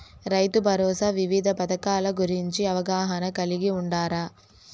రైతుభరోసా వివిధ పథకాల గురించి అవగాహన కలిగి వుండారా?